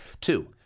Two